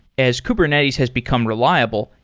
as kubernetes has become reliable,